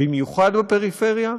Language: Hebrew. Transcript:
במיוחד בפריפריה,